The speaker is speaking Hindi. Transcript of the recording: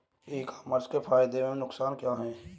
ई कॉमर्स के फायदे एवं नुकसान क्या हैं?